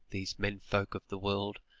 these men-folk of the world!